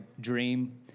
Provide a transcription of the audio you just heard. dream